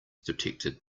detected